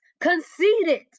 conceited